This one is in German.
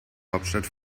hauptstadt